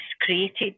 created